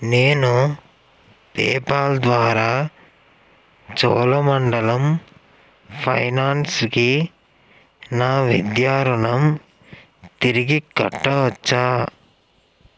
నేను పేపాల్ ద్వారా చోళమండలం ఫైనాన్స్కి నా విద్యా రుణం తిరిగి కట్టవచ్చా